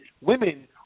women